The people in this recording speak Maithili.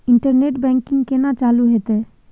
इंटरनेट बैंकिंग केना चालू हेते?